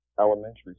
elementary